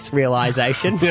realisation